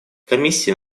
комиссии